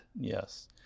Yes